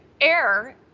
air